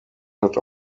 hat